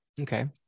Okay